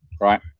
right